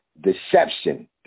deception